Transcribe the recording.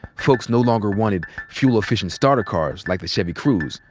folks no longer wanted fuel-efficient starter cars like the chevy cruze.